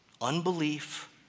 unbelief